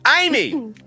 Amy